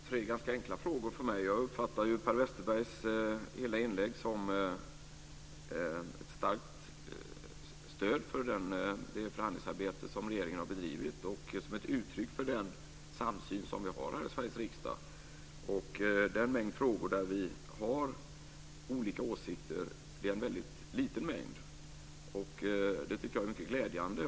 Fru talman! Det var tre för mig ganska enkla frågor. Jag uppfattade Per Westerbergs hela inlägg som ett starkt stöd för det förhandlingsarbete som regeringen har bedrivit och som ett uttryck för den samsyn som vi har i Sveriges riksdag. De frågor där vi har olika åsikter är väldigt få, och det tycker jag är mycket glädjande.